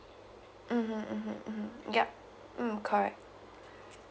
mm yup mm mm correct